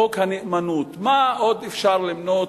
חוק הנאמנות, מה עוד אפשר למנות?